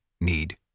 need